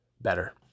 better